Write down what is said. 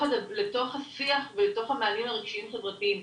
השיח ולתוך המענים הרגשיים חברתיים.